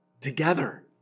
together